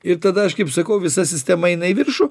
ir tada aš kaip sakau visa sistema eina į viršų